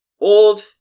old